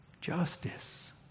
Justice